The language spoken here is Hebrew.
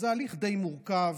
זה הליך די מורכב,